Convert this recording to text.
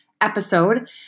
episode